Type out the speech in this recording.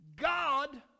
God